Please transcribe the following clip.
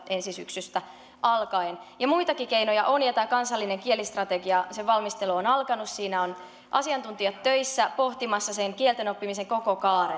ensi syksystä alkaen muitakin keinoja on ja tämän kansallisen kielistrategian valmistelu on alkanut siinä ovat asiantuntijat töissä pohtimassa sitä kielten oppimisen koko kaarta